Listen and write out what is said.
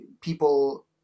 people